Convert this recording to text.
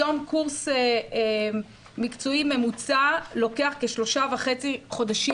היום קורס מקצועי ממוצע לוקח כשלושה וחצי חודשים.